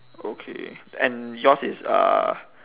okay and yours is uh